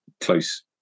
close